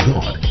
God